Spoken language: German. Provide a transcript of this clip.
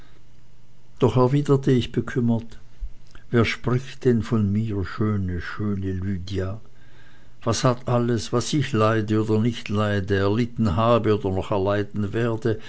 doch erwiderte ich bekümmert wer spricht denn von mir schöne schöne lydia was hat alles was ich leide oder nicht leide erlitten habe oder noch erleiden werde